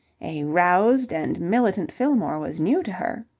a roused and militant fillmore was new to her.